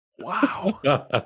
Wow